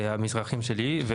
והמסמכים שלי.